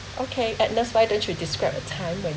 okay agnes why don't you describe a time when